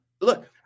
Look